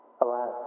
Alas